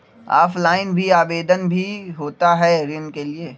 Offline भी आवेदन भी होता है ऋण के लिए?